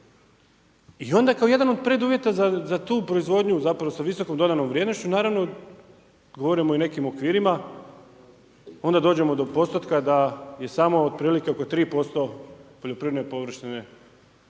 I onda kao jedan od preduvjeta, za tu proizvodnju, zapravo sa visokom dodanom vrijednošću, naravno, kada govorimo o nekim okvirima, onda dođemo do postotka da je samo otprilike oko 3% poljoprivredne površine se može